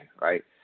right